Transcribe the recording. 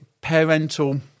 parental